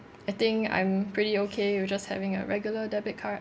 I think I'm pretty okay with just having a regular debit card